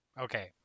okay